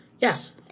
Yes